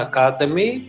Academy